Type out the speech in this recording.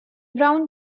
brown